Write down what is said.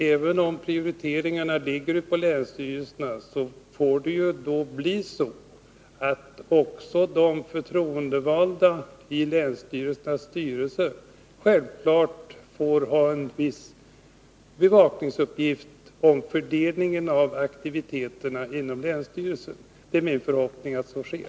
Även om prioriteringarna ligger på länsstyrelserna, får det bli så att också de förtroendevalda i länsstyrelsernas styrelser får ha en viss bevakningsuppgift när det gäller fördelningen av aktiviteterna inom länsstyrelsen. Det är min förhoppning att så sker.